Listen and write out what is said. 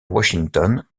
washington